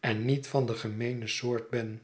en niet van de gemeene soort ben